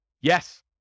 Yes